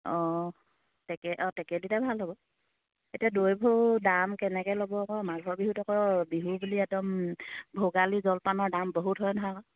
অঁ টেকেলি অঁ ভাল হ'ব এতিয়া দৈবোৰ দাম কেনেকে ল'ব আকৌ মাঘৰ বিহুত আকৌ বিহু বুলি একদম ভোগালী জলপানৰ দাম বহুত হয় নহয় আকৌ